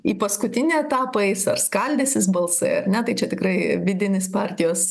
į paskutinį etapą eis ar skaldysis balsai ar ne tai čia tikrai vidinis partijos